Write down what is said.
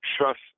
trust